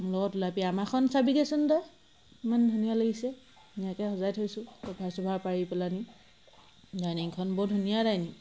মোৰ লগত ওলাবি আমাৰখন চাবিগৈচোন তই ইমান ধুনীয়া লাগিছে ধুনীয়াকৈ সজাই থৈছোঁ কভাৰ চভাৰ পাৰি পেলাই নি ডাইনিংখন বৰ ধুনীয়া ডাইনিং